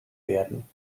werden